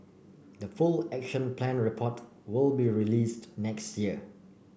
the full Action Plan report will be released next year